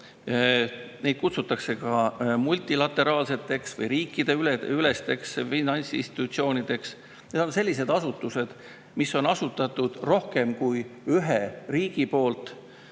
neid kutsutakse ka multilateraalseteks või riikideülesteks finantsinstitutsioonideks. Need on sellised asutused, mis on asutatud rohkem kui ühe riigi poolt